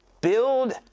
Build